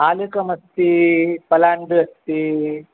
आलुकमस्ति पलाण्डुः अस्ति